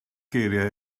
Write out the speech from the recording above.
geiriau